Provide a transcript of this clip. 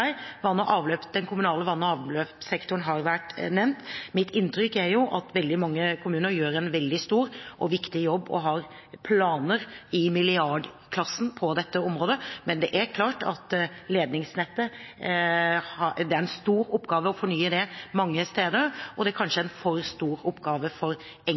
den kommunale vann- og avløpssektoren vært nevnt. Mitt inntrykk er at mange kommuner gjør en stor og viktig jobb og har planer i milliardklassen på dette området, men det er klart at det mange steder er en stor oppgave å fornye ledningsnettet, og det er kanskje en for stor oppgave for